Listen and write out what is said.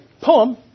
poem